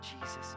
Jesus